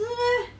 是 meh